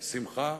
בשמחה.